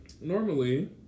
Normally